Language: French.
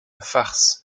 farce